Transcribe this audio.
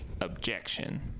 objection